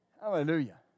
Hallelujah